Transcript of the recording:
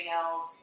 else